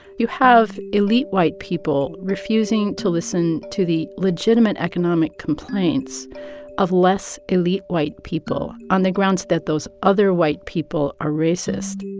you have elite white people refusing to listen to the legitimate economic complaints of less elite white people on the grounds that those other white people are racist.